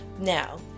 Now